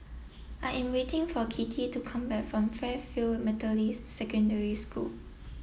I am waiting for Kitty to come back from Fairfield Methodist Secondary School